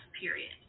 period